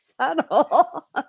subtle